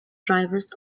drivers